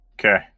Okay